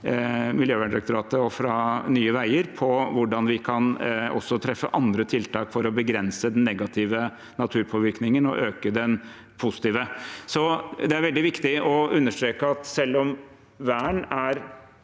fra Miljødirektoratet og fra Nye veier, om hvordan vi kan treffe andre tiltak for å begrense den negative naturpåvirkningen og øke den positive. Det er veldig viktig å understreke at vern